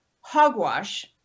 hogwash